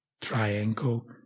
triangle